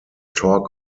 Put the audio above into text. talk